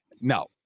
No